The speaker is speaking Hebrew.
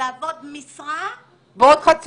לעבוד משרה וחצי.